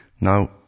Now